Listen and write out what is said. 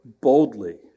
boldly